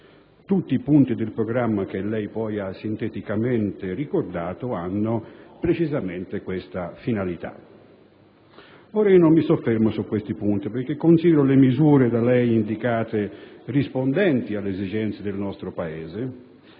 Tutti i punti del programma che lei poi ha sinteticamente ricordato hanno precisamente questa finalità. Ora non mi soffermo su questi punti perché considero le misure da lei indicate rispondenti alle esigenze del nostro Paese e